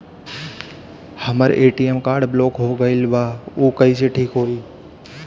हमर ATM card block हो गईल बा ऊ कईसे ठिक होई?